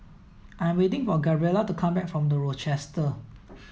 I'm waiting for Gabriela to come back from The Rochester